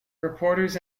reporters